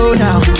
now